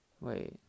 wait